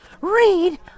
read